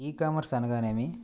ఈ కామర్స్ అనగానేమి?